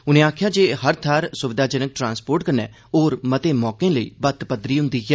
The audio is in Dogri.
उनें आक्खेया जे हर जगह स्विधाजनक ट्रांस्पोर्ट कन्नै होर मते मौके लेई बत्त पदरी होंदी ऐ